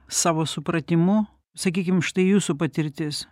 savo supratimu sakykim štai jūsų patirtis